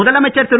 முதலமைச்சர் திரு